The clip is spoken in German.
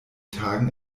tagen